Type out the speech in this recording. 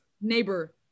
Neighbor